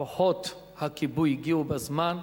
כוחות הכיבוי הגיעו בזמן,